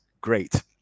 great